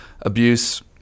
Abuse –